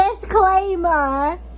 Disclaimer